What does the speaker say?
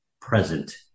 present